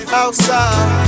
outside